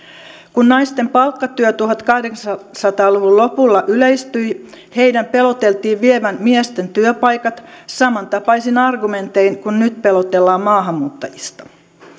kun naisten palkkatyö tuhatkahdeksansataa luvun lopulla yleistyi heidän peloteltiin vievän miesten työpaikat samantapaisin argumentein kuin nyt pelotellaan maahanmuuttajista